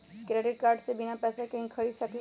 Credit card से बिना पैसे के ही खरीद सकली ह?